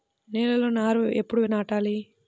నేలలో నారు ఎప్పుడు నాటాలి?